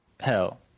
hell